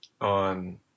on